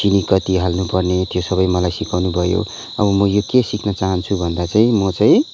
चिनी कति हाल्नपर्ने त्यो सबै मलाई सिकाउनु भयो अनि म यो के सिक्न चाहान्छु भन्दा चाहिँ म चाहिँ